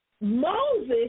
Moses